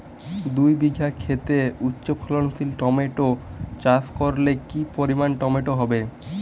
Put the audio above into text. দুই বিঘা খেতে উচ্চফলনশীল টমেটো চাষ করলে কি পরিমাণ টমেটো হবে?